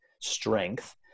strength